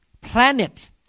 planet